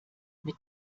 mit